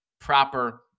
proper